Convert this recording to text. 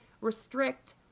restrict